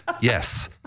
Yes